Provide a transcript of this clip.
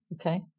Okay